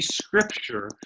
scripture